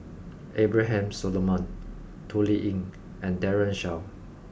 Abraham Solomon Toh Liying and Daren Shiau